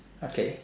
okay